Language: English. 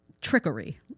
Trickery